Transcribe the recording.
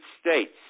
States